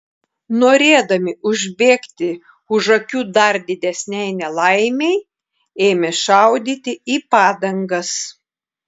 norėdami užbėgti už akių dar didesnei nelaimei ėmė šaudyti į padangas